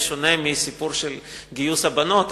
בשונה מסיפור גיוס הבנות,